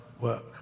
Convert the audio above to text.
work